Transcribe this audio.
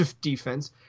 defense